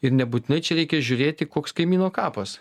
ir nebūtinai čia reikia žiūrėti koks kaimyno kapas